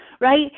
right